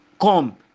come